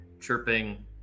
chirping